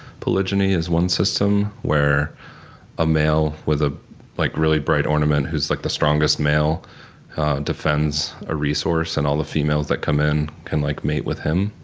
polygyny is one system where a male with a like really bright ornament who's like the strongest male defends a resource and all the females that come in can, like, mate with him.